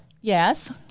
Yes